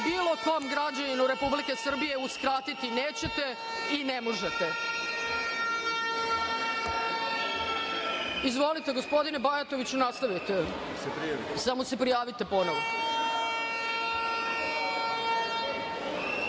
bilo kom građaninu Republike Srbije uskratiti nećete i ne možete. Izvolite gospodine Bajatoviću, nastavite. **Dušan Bajatović**